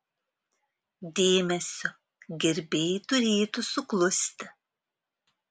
dėmesio gerbėjai turėtų suklusti